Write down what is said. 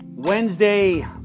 Wednesday